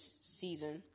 season